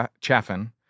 Chaffin